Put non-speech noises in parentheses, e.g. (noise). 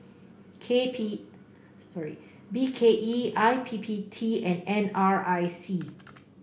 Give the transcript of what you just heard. (noise) K P sorry B K E I P P T and N R I C